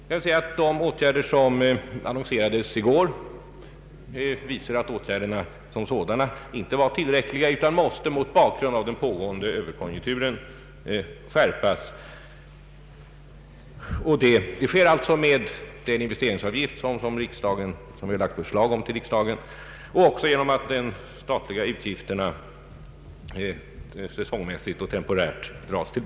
Den investeringsavgift som annonserades i går visar att åtgärderna som sådana inte har varit tillräckliga utan måste mot bakgrunden av den pågående överkonjunkturen skärpas. Detta sker genom denna investeringsavgift som vi har lagt förslag om till riksdagen, men också genom att de statliga utgifterna säsongmässigt och temporärt dras ned.